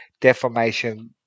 deformation